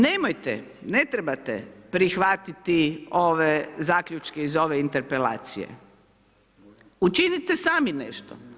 Nemojte, ne trebate prihvatiti ove zaključke iz ove interpelacije, učinite sami nešto.